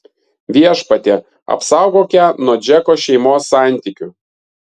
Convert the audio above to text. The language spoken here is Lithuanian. viešpatie apsaugok ją nuo džeko šeimos santykių